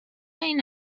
این